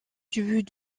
début